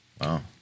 Wow